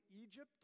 Egypt